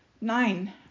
nine